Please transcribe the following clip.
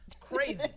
Crazy